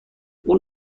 اون